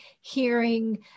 hearing